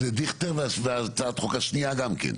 לדיכטר והצעת החוק השנייה גם כן.